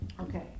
Okay